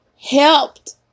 helped